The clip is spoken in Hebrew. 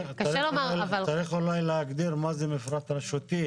צריך אולי להגדיר מהו מפרט רשותי,